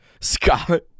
Scott